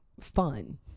fun